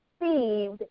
received